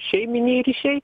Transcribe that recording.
šeiminiai ryšiai